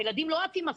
הילדים לא עוטים מסכות.